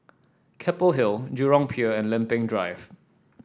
Keppel Hill Jurong Pier and Lempeng Drive